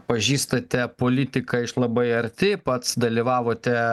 pažįstate politiką iš labai arti pats dalyvavote